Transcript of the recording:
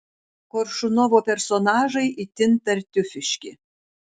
koršunovo personažai itin tartiufiški